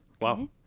Wow